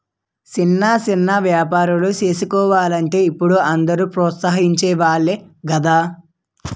సిన్న సిన్న ఏపారాలు సేసుకోలంటే ఇప్పుడు అందరూ ప్రోత్సహించె వోలే గదా